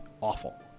awful